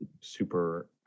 super